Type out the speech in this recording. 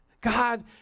God